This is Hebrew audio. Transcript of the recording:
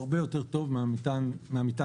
הרבה יותר טוב מהמטען הכללי,